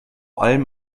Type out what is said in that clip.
allem